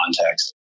context